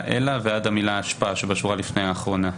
"אלא" ועד המילה "אשפה" שבשורה שלפני האחרונה.